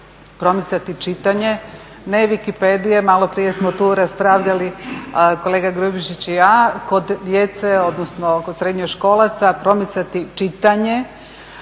promicati čitanje, ne wikipedije. Malo prije smo tu raspravljali kolega Grubišić i ja kod djece odnosno kod srednjoškolaca promicati čitanje